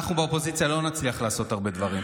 אנחנו באופוזיציה לא נצליח לעשות הרבה דברים,